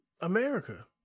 America